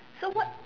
so what